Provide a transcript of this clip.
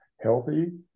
Healthy